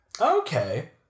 Okay